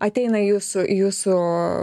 ateina į jūsų į jūsų